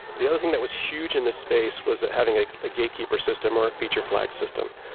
the other thing that was huge in the space was having ah a gatekeeper system or a feature flag system.